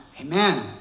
Amen